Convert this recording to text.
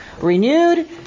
renewed